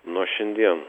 nuo šiandien